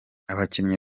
abakinnyi